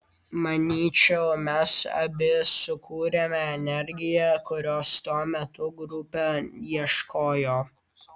manyčiau mes abi sukūrėme energiją kurios tuo metu grupė ieškojo